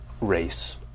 race